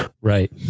Right